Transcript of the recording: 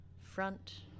front